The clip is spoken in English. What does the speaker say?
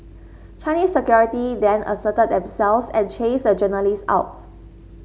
Chinese Security then asserted themselves and chased the journalists out